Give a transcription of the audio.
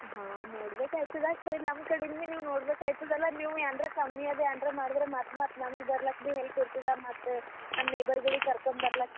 ಹಾಂ ನೋಡ್ಬೇಕಾಗ್ತದ ಖರೇ ನಮ್ಮ ಕಡಿಂದ ಭೀ ನೀವೂ ನೋಡ್ಬೇಕಾಗ್ತದಲ್ಲ ನೀವು ಏನಾರ ಕಮ್ಮಿ ಅದು ಏನಾರ ಮಾಡಿದ್ರೆ ಮತ್ತೆ ಮತ್ತೆ ನಮ್ಗೆ ಬರಕ್ ಭೀ ಹೆಲ್ಪ್ ಇರ್ತದೆ ಮತ್ತು ನಮ್ಮ ನೇಬರ್ಗಳಿಗ್ ಕರ್ಕೋಮ್ ಬರಕ್